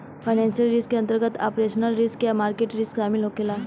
financial risk के अंतर्गत operational risk आ मार्केट रिस्क शामिल होखे ला